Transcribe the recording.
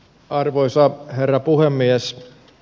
arvoisa herra puhemies